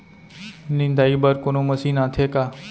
निंदाई बर कोनो मशीन आथे का?